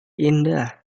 indah